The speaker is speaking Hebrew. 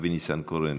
אבי ניסנקורן